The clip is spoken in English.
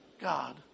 God